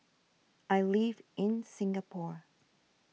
I live in Singapore